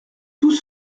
tout